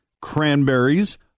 cranberries